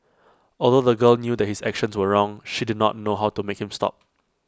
although the girl knew that his actions were wrong she did not know how to make him stop